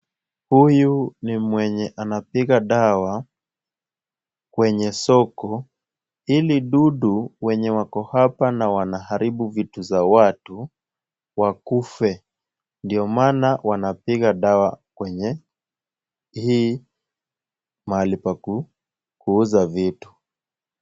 Huyu ni mwenye anapiga dawa kwenye soko ili dudu wenye wako hapa na wanaharibu vitu za watu wakufe. Ndio maana wanapiga dawa kwenye hii, mahali pa kuuza vitu.